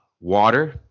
water